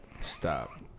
Stop